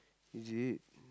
is it